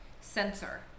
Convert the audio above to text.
sensor